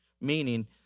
meaning